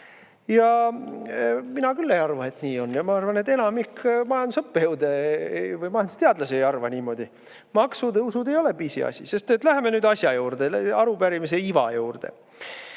Mina küll ei arva, et nii on, ja ma arvan, et ka enamik majandusõppejõude, majandusteadlasi ei arva niimoodi. Maksutõusud ei ole pisiasi. Aga läheme nüüd asja juurde, arupärimise iva juurde.